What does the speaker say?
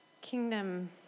kingdom